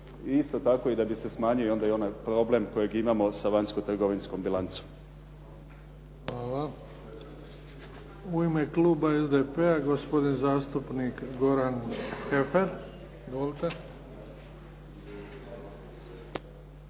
isto tako da bi se smanjio i onaj problem kojeg imamo sa vanjsko-trgovinskom bilancom. **Bebić, Luka (HDZ)** Hvala. U ime kluba SDP-a, gospodin zastupnik Goran Heffer.